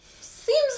Seems